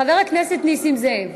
חבר הכנסת נסים זאב,